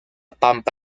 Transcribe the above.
pampa